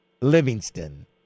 Livingston